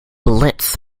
blitz